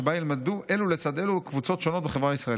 שבה ילמדו אלו לצד אלו קבוצות שונות בחברה הישראלית.